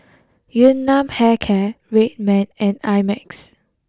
Yun Nam Hair Care Red Man and I Max